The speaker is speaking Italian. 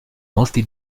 molti